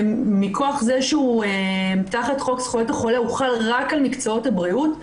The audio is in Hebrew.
מכוח זה שהוא תחת חוק זכויות החולה הוא חל רק על מקצועות הבריאות,